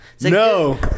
No